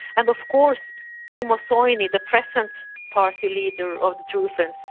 and of course timo soini, the present party leader of the true finns,